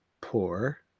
poor